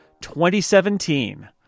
2017